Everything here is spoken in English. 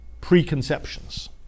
preconceptions